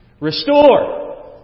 Restore